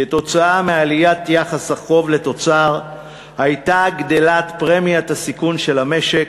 כתוצאה מעליית יחס החוב לתוצר הייתה גדלה פרמיית הסיכון של המשק,